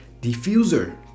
diffuser